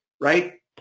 Right